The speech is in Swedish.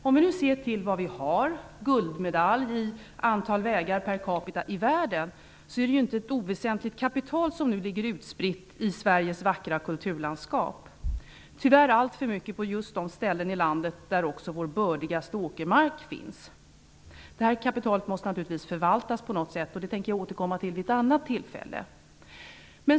Om vi ser på vad vi har, guldmedalj i antal vägar per capita i världen, är det inte ett oväsentligt kapital som ligger utspritt i Sveriges vackra kulturlandskap. Tyvärr är det alltför mycket på just de ställen i landet där vår bördigaste åkermark finns. Kapitalet måste naturligtvis förvaltas på något sätt. Det tänker jag återkomma till vid ett annat tillfälle.